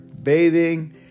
bathing